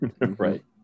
right